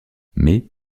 mais